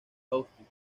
austin